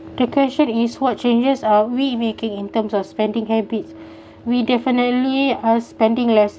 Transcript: the question is what changes are we making in terms of spending habits we definitely are spending less